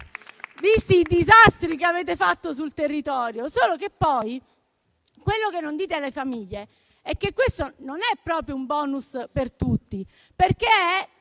visti i disastri che avete fatto sul territorio. Quello che non dite alle famiglie è che questo non è proprio un *bonus* per tutti, perché è